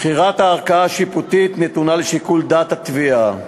בחירת הערכאה השיפוטית נתונה לשיקול דעת התביעה,